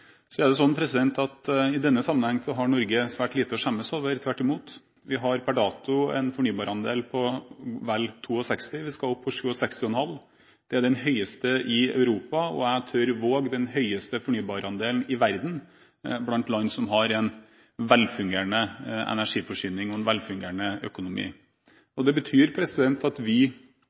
Så er det slik at i denne sammenhengen har Norge svært lite å skjemmes over, tvert imot. Vi har per dato en fornybarandel på vel 62, og vi skal opp til 67,5. Det er den høyeste i Europa, og jeg tør våge å si den høyeste fornybarandelen i verden blant land som har en velfungerende energiforsyning og en velfungerende økonomi. Det betyr at vi